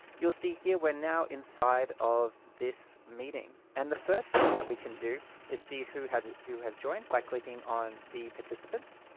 you'll see here we're now inside of this meeting. and the first thing that we can do is see who has who has joined by clicking on the participants.